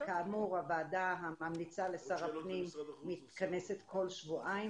כאמור הוועדה הממליצה לשר הפנים מתכנסת כל שבועיים